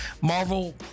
Marvel